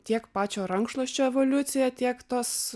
tiek pačio rankšluosčio evoliucija tiek tos